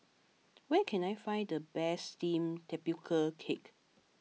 where can I find the best Steamed Tapioca Cake